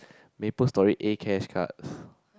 Maple Story A cash cards